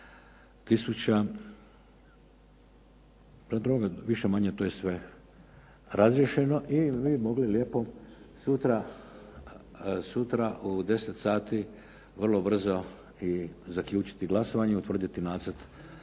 tisuća. Prema tome, više-manje to je sve razriješeno i mi bi mogli lijepo sutra u 10 sati vrlo brzo i zaključiti glasovanje, utvrditi nacrt